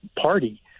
party